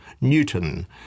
Newton